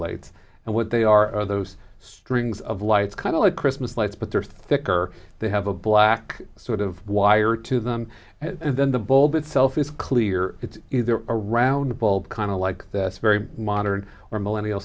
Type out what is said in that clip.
lights and what they are those strings of lights kind of like christmas lights but they're thicker they have a black sort of wire to them and then the bulb itself is clear it's around the bulb kind of like this very modern or millennia